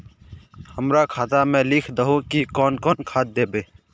हमरा खाता में लिख दहु की कौन कौन खाद दबे?